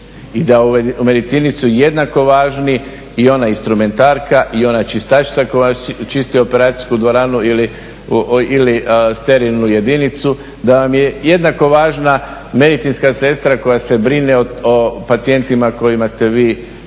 i da u medicini su jednako važni i ona instrumentarka i ona čistačica koja čisti operacijsku dvoranu ili sterilnu jedinicu, da nam je jednako važna medicinska sestra koja se brine o pacijentima kojima ste vi